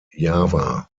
java